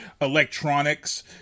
Electronics